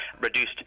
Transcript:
reduced